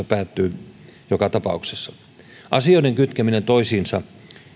päättyy joka tapauksessa asioiden kytkeminen toisiinsa